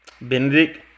Benedict